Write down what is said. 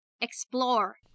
explore